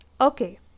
Okay